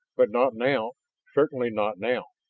but not now certainly not now!